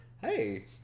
Hey